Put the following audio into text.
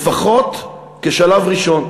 לפחות כשלב ראשון,